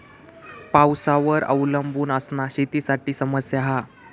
पावसावर अवलंबून असना शेतीसाठी समस्या हा